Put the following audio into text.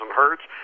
hertz